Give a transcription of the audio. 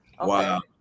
Wow